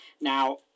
Now